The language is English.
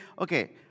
okay